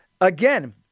Again